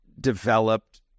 developed